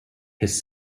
his